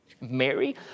Mary